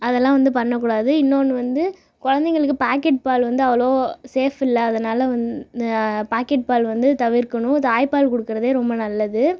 அதெல்லாம் வந்து பண்ணக் கூடாது இன்னொன்று வந்து குழந்தைகளுக்கு பாக்கெட் பால் வந்து அவ்வளோவா சேஃப் இல்லை அதனால் பாக்கெட் பால் வந்து தவிர்க்கணும் தாய்ப்பால் கொடுக்குறதே ரொம்ப நல்லது